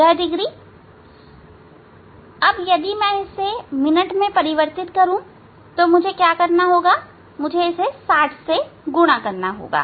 यह डिग्री अगर मैं मिनट में परिवर्तित करता हूं तो मुझे 60 के साथ गुणा करना होगा